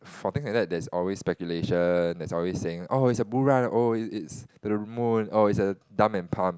for thing like that there is always speculation there's always saying oh it's a Burah or it's a Ramon or it's a dumb and punk